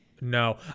No